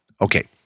Okay